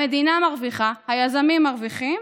המדינה מרוויחה, היזמים מרוויחים,